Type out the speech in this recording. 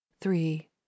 three